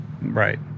Right